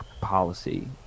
policy